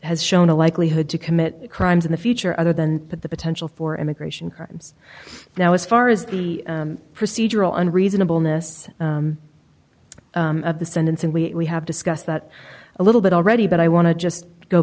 has shown a likelihood to commit crimes in the future other than the potential for immigration crimes now as far as the procedural and reasonable miss of the sentence and we have discussed that a little bit already but i want to just go